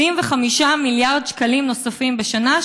75 מיליארד שקלים נוספים בשנה,